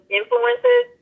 influences